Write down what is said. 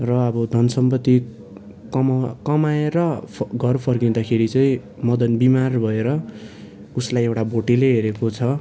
र अब धन सम्पत्ति कमाउ कमाएर घर फर्किँदाखेरि चाहिँ मदन बिमार भएर उसलाई एउटा भोटेले हेरेको छ